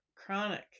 chronic